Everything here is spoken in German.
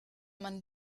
man